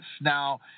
Now